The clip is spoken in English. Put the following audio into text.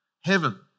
heaven